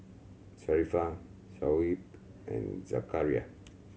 Sharifah Shoaib and Zakaria